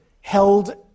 held